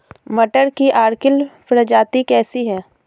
मटर की अर्किल प्रजाति कैसी है?